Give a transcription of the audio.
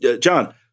John